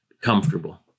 comfortable